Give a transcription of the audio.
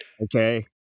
Okay